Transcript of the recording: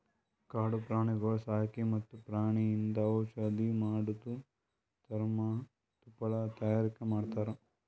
ಕಾಡು ಪ್ರಾಣಿಗೊಳ್ ಸಾಕಿ ಮತ್ತ್ ಪ್ರಾಣಿಯಿಂದ್ ಔಷಧ್ ಮಾಡದು, ಚರ್ಮ, ತುಪ್ಪಳ ತೈಯಾರಿ ಮಾಡ್ತಾರ